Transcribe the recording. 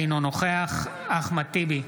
אינו נוכח אחמד טיבי,